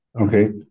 Okay